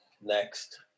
next